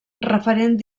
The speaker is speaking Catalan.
referent